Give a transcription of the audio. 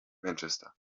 manchester